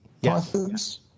Yes